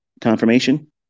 confirmation